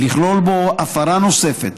ולכלול בו הפרה נוספת,